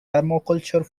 permaculture